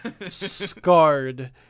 scarred